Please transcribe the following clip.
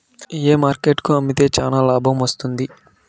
ఏ market కు అమ్మితే చానా లాభం వస్తుంది?